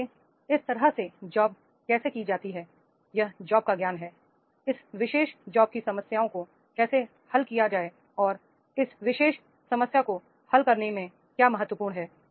इसलिए इस तरह से जॉब कैसे की जाती है यह जॉब का ज्ञान है इस विशेष जॉब की समस्याओं को कैसे हल किया जाए और इस विशेष समस्या को हल करने में क्या महत्वपूर्ण है